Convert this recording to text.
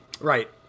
Right